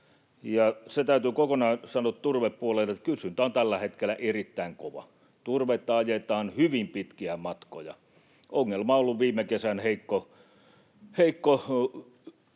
se täytyy kokonaan sanoa turvepuolelta, että kysyntä on tällä hetkellä erittäin kovaa. Turvetta ajetaan hyvin pitkiä matkoja. Ongelma on ollut viime kesän heikko